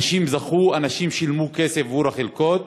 אנשים זכו, אנשים שילמו כסף עבור החלקות,